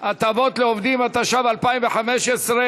(הטבות לעובדים), התשע"ו 2015,